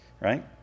right